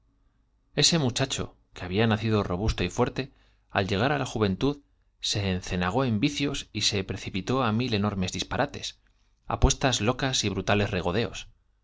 ese muchacho que por taumaturgo robusto y fuerte al llegar á la juventud se encenagó en vicios y se precipitó á mil enormes disparates so la flor de la salud apuestas locas y brutales regodeos